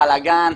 בלגאן.